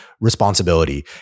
responsibility